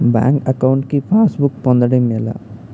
Bank account కి passbook పొందడం ఎలా?